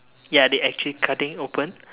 ya they actually cut it open